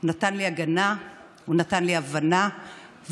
הם לא אוהבים אץ מי שמשחק להם עם המדינה הזו.